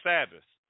Sabbath